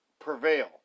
Prevail